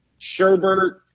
Sherbert